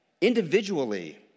individually